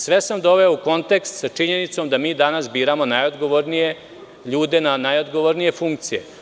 Sve sam doveo u kontekst sa činjenicom da mi danas biramo najodgovornije ljude na najodgovornije funkcije.